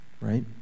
right